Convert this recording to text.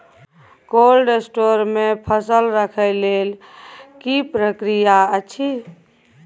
Cold store मे फसल रखय लेल की प्रक्रिया अछि?